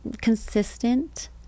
consistent